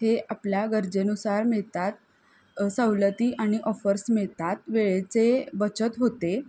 हे आपल्या गरजेनुसार मिळतात सवलती आणि ऑफर्स मिळतात वेळेचे बचत होते